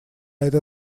это